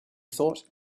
thought